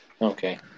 Okay